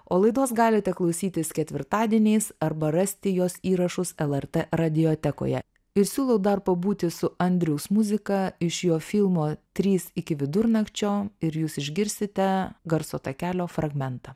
o laidos galite klausytis ketvirtadieniais arba rasti jos įrašus lrt radijotekoje ir siūlau dar pabūti su andriaus muzika iš jo filmo trys iki vidurnakčio ir jūs išgirsite garso takelio fragmentą